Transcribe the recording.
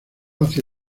hacia